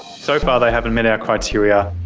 so far they haven't met our criteria.